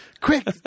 Quick